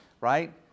right